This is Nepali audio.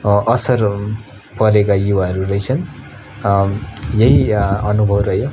असर परेका युवाहरू रहेछन् यही अनुभव रह्यो